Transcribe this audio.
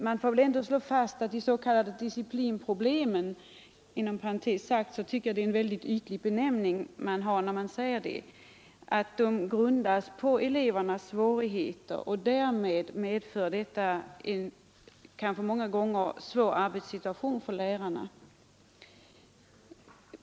Man får väl ändå slå fast att de s.k. disciplinproblemen — som jag inom parentes sagt anser vara en mycket ytlig benämning — grundas på elevernas svårigheter, som många gånger medför en svår arbetssituation för lärarna.